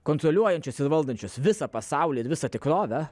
kontroliuojančios ir valdančios visą pasaulį ir visą tikrovę